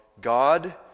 God